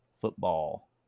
football